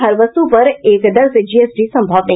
हर वस्तु पर एक दर से जीएसटी सम्भव नहीं